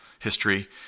history